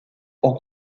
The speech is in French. ont